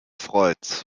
freuds